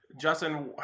Justin